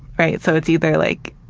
right? so, it's either, like,